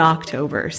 October